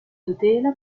tutela